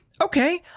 Okay